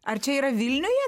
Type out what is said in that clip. ar čia yra vilniuje